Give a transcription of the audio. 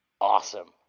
awesome